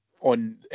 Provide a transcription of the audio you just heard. on